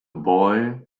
boy